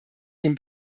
den